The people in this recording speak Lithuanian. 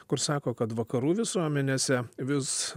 kur sako kad vakarų visuomenėse vis